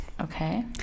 Okay